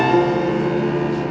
and